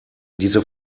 diese